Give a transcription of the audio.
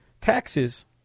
Taxes